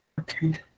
Okay